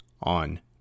on